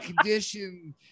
condition